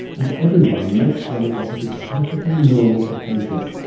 and everyone makes way as if it's perfectly normal behaviour.